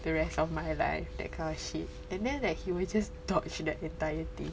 the rest of my life that kind of shit and then like he will just dodge the entire thing